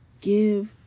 give